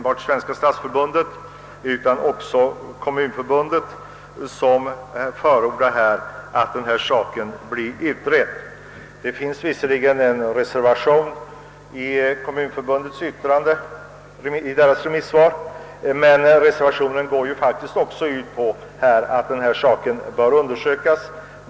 Både Svenska stadsförbundet och Svenska kommunförbundet förordar att denna fråga blir utredd. I Svenska kommunförbundets remissvar finns visserligen en reservation, men även den går ut på att frågan bör utredas.